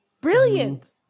Brilliant